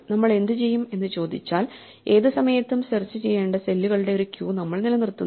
നമ്മൾ എന്തു ചെയ്യും എന്ന് ചോദിച്ചാൽ ഏതു സമയത്തും സെർച്ച് ചെയ്യേണ്ട സെല്ലുകളുടെ ഒരു ക്യൂ നമ്മൾ നിലനിർത്തുന്നു